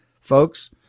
folks